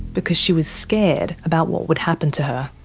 because she was scared about what would happen to her.